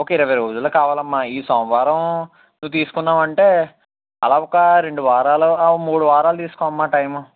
ఒక ఇరవై రోజుల్లో కావాలమ్మా ఈ సోమవారం నువ్వు తీసుకున్నావంటే అలా ఒక రెండు వారాలు మూడు వారలు తీసుకో అమ్మా టైమ్